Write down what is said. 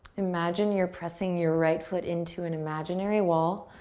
imagine you're pressing your right foot into an imaginary wall.